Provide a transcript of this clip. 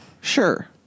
Sure